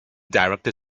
director